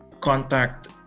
contact